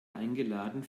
eingeladen